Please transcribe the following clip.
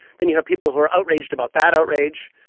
then you have people who are outraged about that outrage.